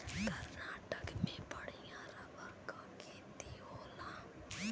कर्नाटक में बढ़िया रबर क खेती होला